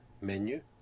menu